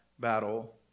battle